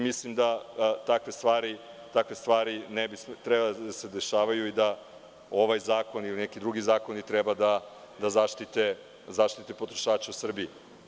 Mislim da takve stvari ne bi trebalo da se dešavaju i da ovaj ili neki drugi zakoni treba da zaštite potrošače u Srbiji.